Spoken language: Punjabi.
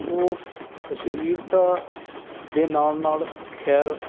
ਸੋ ਅਸ਼ਲੀਲਤਾ ਦੇ ਨਾਲ ਨਾਲ ਖੈਰ